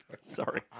Sorry